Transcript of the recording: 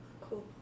Cool